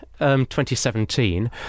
2017